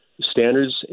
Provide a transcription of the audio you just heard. standards